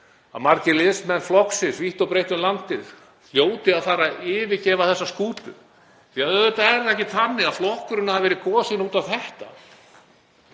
að margir liðsmenn flokksins vítt og breitt um landið hljóti að fara að yfirgefa þessa skútu því að auðvitað er það ekki þannig að flokkurinn hafi verið kosinn út á þetta.